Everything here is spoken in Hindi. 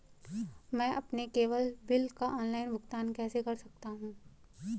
मैं अपने केबल बिल का ऑनलाइन भुगतान कैसे कर सकता हूं?